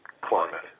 climate